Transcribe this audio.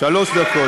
עוד שלוש דקות.